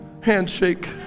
handshake